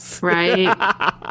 Right